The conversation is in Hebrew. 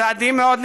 צעדים מאוד נכבדים,